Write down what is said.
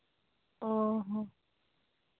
ᱚ ᱦᱚᱸ